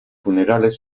funerales